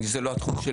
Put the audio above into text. זה לא התחום שלי.